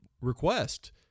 request